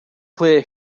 clear